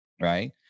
right